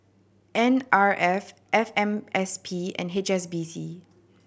N R F F M S P and H S B C